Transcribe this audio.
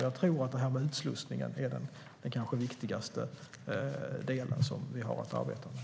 Jag tror att utslussningen kanske är den viktigaste delen vi har att arbeta med.